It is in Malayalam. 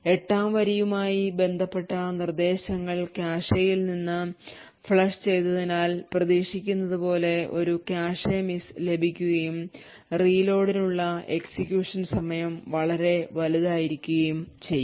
8 ാം വരിയുമായി ബന്ധപ്പെട്ട നിർദ്ദേശങ്ങൾ കാഷെയിൽ നിന്ന് ഫ്ലഷ് ചെയ്തതിനാൽ പ്രതീക്ഷിക്കുന്നതുപോലെ ഒരു കാഷെ മിസ് ലഭിക്കുകയും reload നുള്ള എക്സിക്യൂഷൻ സമയം വളരെ വലുതായിരിക്കുകയും ചെയ്യും